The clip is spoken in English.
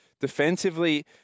Defensively